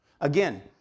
Again